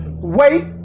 Wait